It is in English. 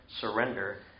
surrender